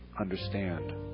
understand